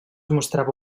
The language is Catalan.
mostrava